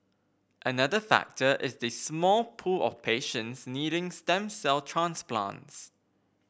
another factor is the small pool of patients needing stem cell transplants